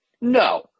No